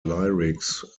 lyrics